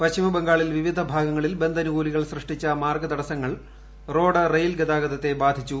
പശ്ചിമ ബംഗാളിൽ വിവിധ ഭാഗങ്ങളിൽ ബന്ദനുകൂലികൾ സൃഷ്ടിച്ചു മാർഗ തടസ്സങ്ങൾ റോഡ് റ്റെയിൽ ഗതാഗതത്തെ ബാധിച്ചു